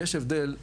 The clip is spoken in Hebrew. יש הבדל,